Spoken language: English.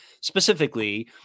specifically